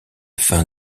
fin